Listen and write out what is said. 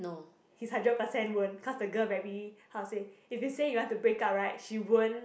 he's hundred percent won't cause the girl very how to say if you say you want to break up she won't